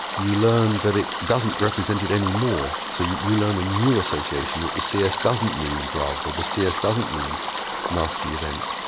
you learn that it doesn't represent it any more. so you you learn a new association that the cs doesn't mean drug, or the cs doesn't mean a nasty event.